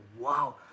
Wow